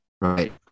Right